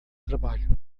trabalho